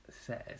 says